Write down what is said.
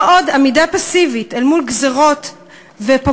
לא עוד עמידה פסיבית אל מול גזירות ופוגרומים,